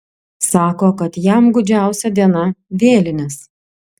sako kad jam gūdžiausia diena vėlinės